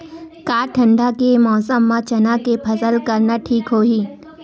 का ठंडा के मौसम म चना के फसल करना ठीक होही?